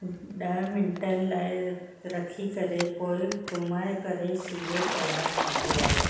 ॾह मिंटनि लाइ रखी करे पोइ घुमाए करे सीरो तयारु थींदो आहे